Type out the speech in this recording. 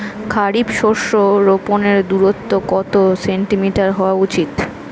খারিফ শস্য রোপনের দূরত্ব কত সেন্টিমিটার হওয়া উচিৎ?